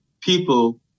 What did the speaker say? people